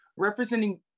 representing